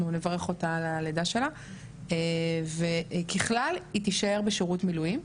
נברך אותה על הלידה שלה וככלל היא תישאר בשירות מילואים,